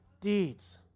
deeds